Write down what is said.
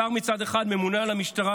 השר מצד אחד ממונה על המשטרה,